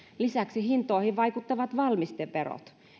lisäksi hintoihin vaikuttavat valmisteverot